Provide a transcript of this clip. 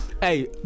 Hey